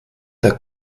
der